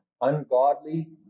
ungodly